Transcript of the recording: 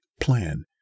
plan